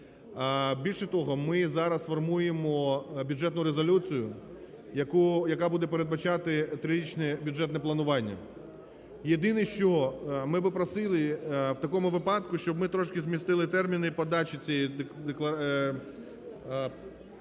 Більше того, ми зараз формуємо Бюджетну резолюцію, яка буде передбачати трирічне бюджетне планування. Єдине, що ми би просили в такому випадку, щоб ми трошки змістили терміни подачі цієї… резолюції,